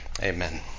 amen